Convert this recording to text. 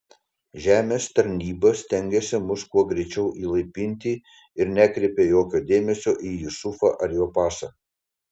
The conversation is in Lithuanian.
žemės tarnyba stengėsi mus kuo greičiau įlaipinti ir nekreipė jokio dėmesio į jusufą ar jo pasą